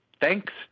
thanks